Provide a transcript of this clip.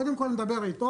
קודם כל אני מדבר איתו,